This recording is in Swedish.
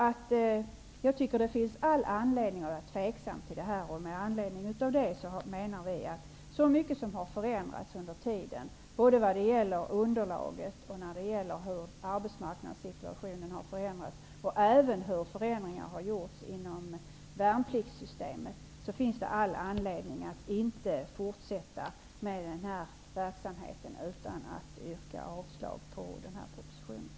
Det finns alltså all anledning att hysa tveksamhet. Det är så mycket som har förändrats när det gäller såväl underlaget som arbetsmarknadssituationen och värnpliktssystemet. Därför menar vi att det finns all anledning att inte fortsätta med den här verksamheten och att i stället yrka avslag på propositionens förslag.